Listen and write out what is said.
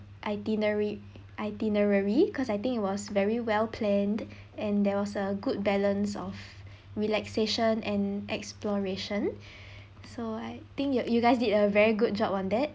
itinerary itinerary because I think it was very well planned and there was a good balance of relaxation and exploration so I think y~ you guys did a very good job on that